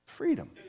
Freedom